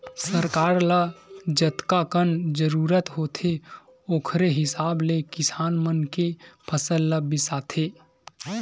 सरकार ल जतकाकन जरूरत होथे ओखरे हिसाब ले किसान मन के फसल ल बिसाथे